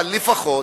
אבל לפחות,